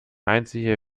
einzige